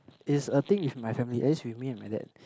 is a thing with my family at least with me and my dad